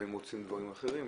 אבל לפעמים רוצים דברים אחרים.